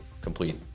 complete